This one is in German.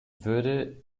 würde